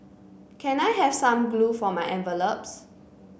can I have some glue for my envelopes